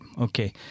Okay